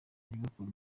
liverpool